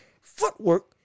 footwork